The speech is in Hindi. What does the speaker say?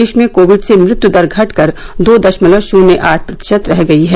देश में कोविड से मृत्यु दर घटकर दो दशमलव शून्य आठ प्रतिशत रह गई है